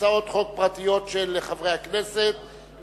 הצעות חוק פרטיות של חברי הכנסת,